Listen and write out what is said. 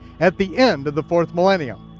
at the end of the fourth millennium.